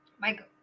Michael